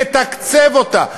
מתקצב אותה,